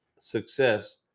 Success